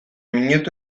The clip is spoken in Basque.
minutu